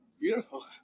Beautiful